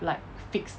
like fixed